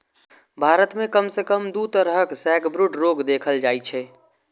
भारत मे कम सं कम दू तरहक सैकब्रूड रोग देखल जाइ छै